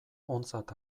ontzat